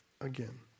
again